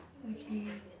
okay